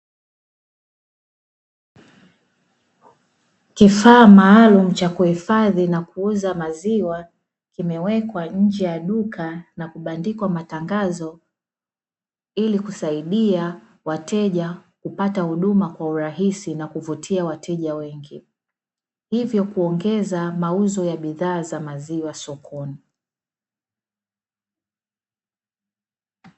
Kifaa maalumu cha kuhifadhi na kuuza maziwa kimewekwa nje ya duka na kubandikwa matangazo ili kusaidia wateja kupata huduma kwa urahisi na kuvutia wateja wengi, hivyo kuongeza mauzo ya bidhaa za maziwa sokoni.